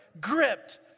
gripped